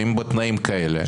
האם בתנאים כאלה,